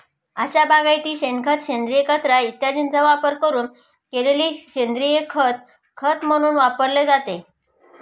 अशा बागायतीमध्ये शेणखत, सेंद्रिय कचरा इत्यादींचा वापरून तयार केलेले सेंद्रिय खत खत म्हणून वापरले जाते